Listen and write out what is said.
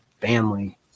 family